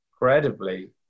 incredibly